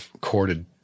corded